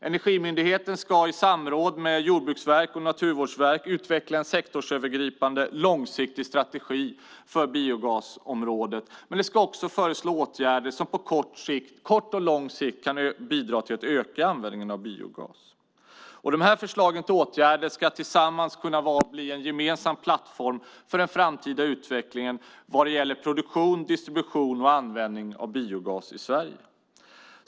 Energimyndigheten ska i samråd med Jordbruksverket och Naturvårdsverket utveckla en sektorsövergripande långsiktig strategi för biogasområdet och också föreslå åtgärder som på kort och lång sikt kan bidra till att öka användningen av biogas. Dessa förslag till åtgärder ska tillsammans kunna bli en gemensam plattform för den framtida utvecklingen vad gäller produktion, distribution och användning av biogas i Sverige.